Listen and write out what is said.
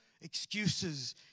excuses